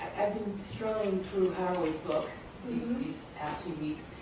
i've been struggling through haraway's book these past two weeks,